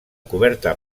coberta